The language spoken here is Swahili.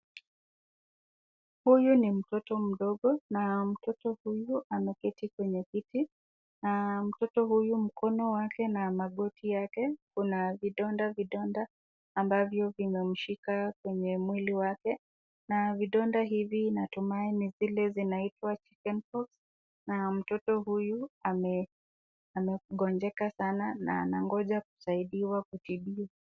Huyu ni mtoto mdogo na mtoto huyu ameketi kwenye kiti, mtoto huyu mkono wake na magoti yake una vidonda vidonda ambavyo vimemshika kwenye mwili wake, vodonda hivi natumahini vile vinaitwa chicken pox mtoto huyu amegonjeka sana na anangoja kusaidiwa kutubiwa.